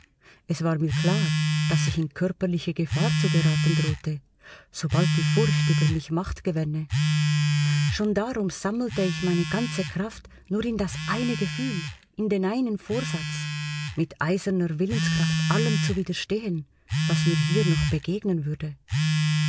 es war mir klar daß ich in körperliche gefahr zu geraten drohte sobald die furcht über mich macht gewänne schon darum sammelte ich meine ganze kraft nur in das eine gefühl in den einen vorsatz mit eiserner willenskraft allem zu widerstehen was mir hier noch begegnen würde